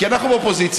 כי אנחנו אופוזיציה.